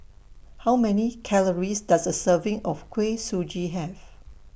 How Many Calories Does A Serving of Kuih Suji Have